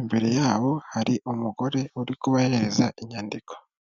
imbere yabo hari umugore uri kubahereza inyandiko.